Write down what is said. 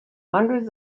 hundreds